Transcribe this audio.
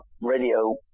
radio